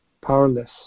powerless